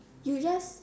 you just